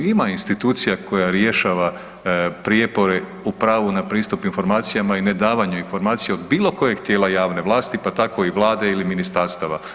Ima institucija koja rješava prijepore u pravu na pristup informacijama i nedavanju informacija u bilo kojeg tijela javne vlasti pa tako i Vlade ili ministarstava.